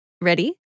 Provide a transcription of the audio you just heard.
Ready